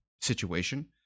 situation